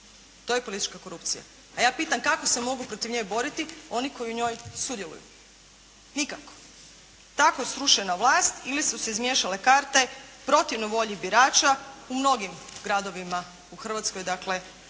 To je politička korupcija. A ja pitam, kako se mogu protiv nje boriti oni koji u njoj sudjeluju? Nikako. Tako srušena vlast ili su se izmiješale karte protivno volji birača u mnogim gradovima u Hrvatskoj, dakle